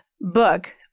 Book